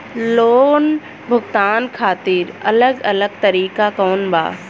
Loan भुगतान खातिर अलग अलग तरीका कौन बा?